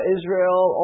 Israel